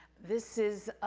this is,